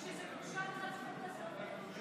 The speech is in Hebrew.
שזה בושה שהחוק הזה עולה.